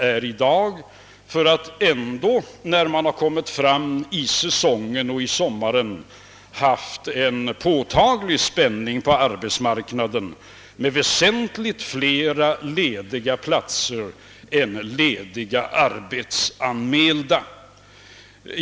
Trots detta rådde längre fram under säsongen och sommaren en påtaglig spänning på arbetsmarknaden med väsentligt flera lediga platser än anmälda arbetssökande.